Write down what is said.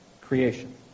creation